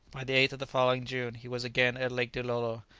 by the eighth of the following june he was again at lake dilolo,